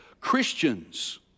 Christians